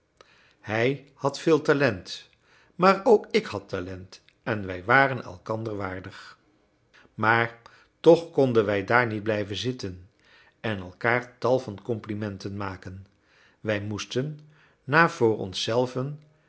hij had veel talent maar ook ik had talent en wij waren elkander waardig maar toch konden wij daar niet blijven zitten en elkaar tal van complimenten maken wij moesten na voor ons zelven